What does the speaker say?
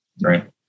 right